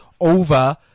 over